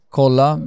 kolla